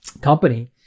company